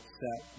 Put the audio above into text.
set